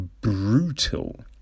brutal